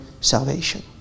salvation